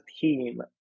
team